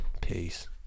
Peace